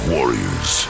Warriors